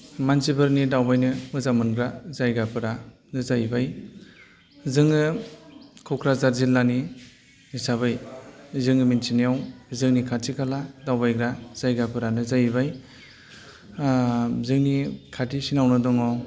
मानसिफोरनि दावबायनो मोजां मोनग्रा जायगाफोरानो जाहैबाय जोङो क'क्राझार जिल्लानि हिसाबै जोङो मोन्थिनायाव जोंनि खाथि खाला दावबायग्रा जायगाफोरानो जाहैबाय जोंनि खाथिसिनावनो दङ